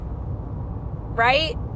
right